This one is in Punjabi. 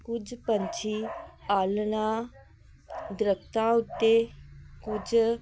ਕੁਝ ਪੰਛੀ ਆਲ੍ਹਣਾ ਦਰੱਖਤਾਂ ਉੱਤੇ ਕੁਝ